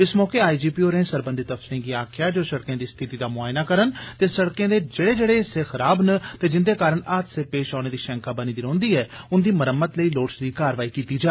इस मौके I G P होरे सरबंधित अफसरें गी आक्खेआ जे ओ सड़के दी स्थिति दा मुआयना करन ते सडकें दे जेडे जेडे हिस्से खराब न ते जिन्दे कारण हादसे पेष औने दी षैंका बनी दी रौहंदी ऐ उन्दी मरम्मत लेई लोड़चदी कारवाई कीती जा